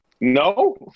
No